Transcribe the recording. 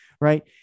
right